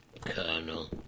Colonel